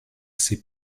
ses